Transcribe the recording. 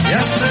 Yes